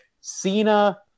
Cena